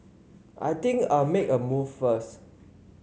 I think I'll make a move first